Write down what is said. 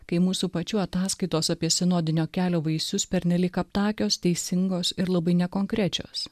kai mūsų pačių ataskaitos apie sinodinio kelio vaisius pernelyg aptakios teisingos ir labai nekonkrečios